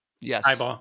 yes